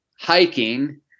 hiking